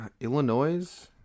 Illinois